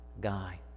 guy